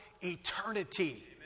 eternity